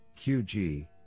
QG